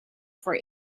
for